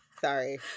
Sorry